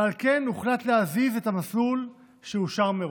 ועל כן הוחלט להזיז את המסלול שאושר מראש.